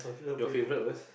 your favorite was